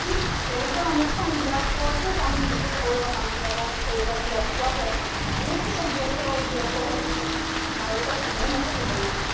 ঠিক তেনেকুৱা অনুষ্ঠানবিলাকতে আমি গোটেই ঘৰুৱা মানুহবিলাকক ধৰি লওক লগ পোৱা হয় এনেকৈ চব ব্যস্ত ব্যস্ত হৈ থাকে কাৰোতো সময় নাথাকে তেনেকৈ